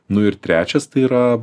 nu ir trečias tai yra